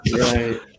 Right